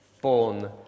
born